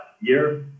year